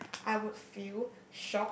I would feel shock